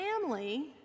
family